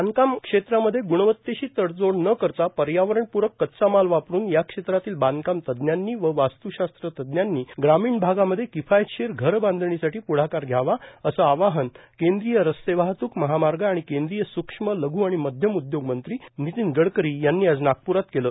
बांधकाम क्षेत्रामध्ये ग्णवतेशी तडजोड न करता पर्यावरणप्रक कच्चामाल वापरून या क्षेत्रातील बांधकाम तज्ञांनी व वास्त्शास्त्र तज्ञांनी ग्रामीण भागामध्ये किफायतशीर घरबांधणीसाठी प्ढाकार घ्यावा असं आवाहन केंद्रीय रस्ते वाहतूक महामार्ग आणि केंद्रीय सृक्ष्म लघ् आणि मध्यम उदयोग मंत्री नितीन गडकरी यांनी आज नागप्रात केलं